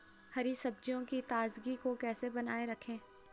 हरी सब्जियों की ताजगी को कैसे बनाये रखें?